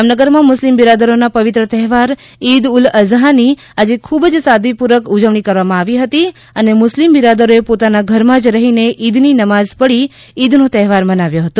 જામનગરમાં મુસ્લિમ બિરાદરોના પવિત્ર તહેવાર ઇદ ઉલ અઝાની આજે ખૂબ જ સાદગીપૂર્વક ઉજવણી કરવામાં આવી હતી અને મુસ્લિમ બિરાદરોએ પોતાના ઘરમાં જ રહીને ઈદની નમાઝ પઢી ઈદનો તહેવાર મનાવ્યો હતો